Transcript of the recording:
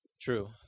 True